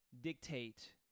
dictate